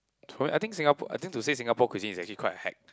true eh I think Singapore I think to say Singapore cuisine is actually quite hacked